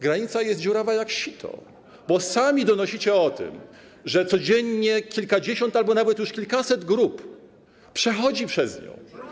Granica jest dziurawa jak sito, bo sami donosicie o tym, że codziennie kilkadziesiąt albo nawet już kilkaset grup przechodzi przez nią.